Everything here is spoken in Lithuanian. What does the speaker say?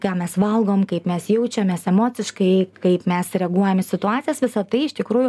ką mes valgom kaip mes jaučiamės emociškai kaip mes reaguojam į situacijas visa tai iš tikrųjų